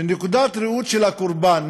מנקודת הראות של הקורבן,